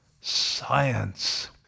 science